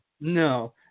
No